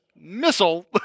missile